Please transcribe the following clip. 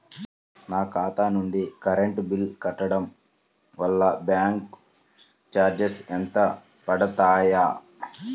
నా ఖాతా నుండి కరెంట్ బిల్ కట్టడం వలన బ్యాంకు చార్జెస్ ఎంత పడతాయా?